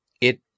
It